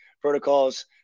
protocols